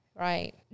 Right